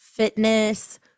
fitness